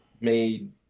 made